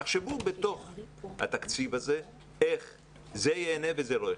תחשבו בתוך התקציב הזה איך זה ייהנה וזה לא ייחסר.